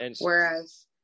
Whereas